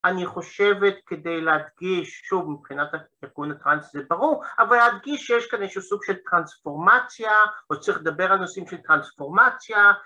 ‫אני חושבת כדי להדגיש, ‫שוב, מבחינת ארגון הטראנס זה ברור, ‫אבל להדגיש שיש כאן ‫איזשהו סוג של טרנספורמציה, ‫או צריך לדבר על נושאים ‫של טרנספורמציה.